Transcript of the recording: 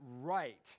right